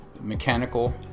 Mechanical